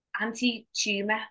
anti-tumor